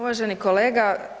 Uvaženi kolega.